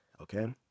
okay